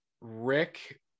Rick